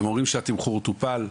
הם אומרים שתמחור טופל.